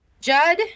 Judd